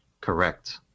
Correct